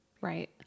Right